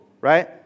right